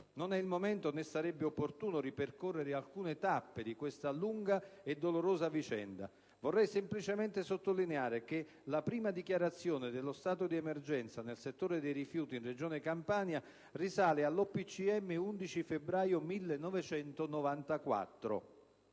Non è il momento, né sarebbe opportuno farlo, di ripercorrere alcune tappe di questa lunga e dolorosa vicenda. Vorrei semplicemente sottolineare che la prima dichiarazione dello stato d'emergenza nel settore dei rifiuti, in Regione Campania, risale all'OPCM 11 febbraio 1994.